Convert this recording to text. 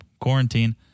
quarantine